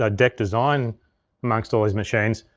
ah deck design amongst all these machines,